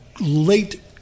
late